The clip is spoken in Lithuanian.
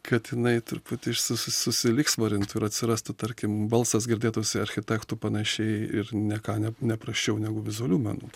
kad jinai truputį ir susi susilygsvarintų ir atsirastų tarkim balsas girdėtųsi architektų panašiai ir ne ką ne ne prasčiau negu vizualių menų